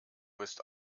wirst